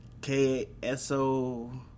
KSO